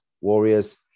Warriors